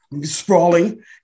Sprawling